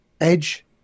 Edge